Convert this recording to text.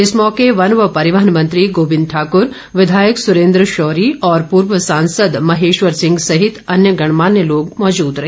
इस मौके वन व परिवहन मंत्री गोबिंद ठाकुर विधायक सुरेन्द्र शौरी और पूर्व सांसद महेश्वर सिंह सहित अन्य गणमान्य लोग मौजूद रहे